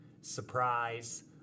surprise